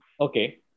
Okay